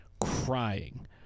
crying